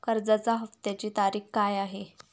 कर्जाचा हफ्त्याची तारीख काय आहे?